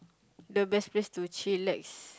the best to chillax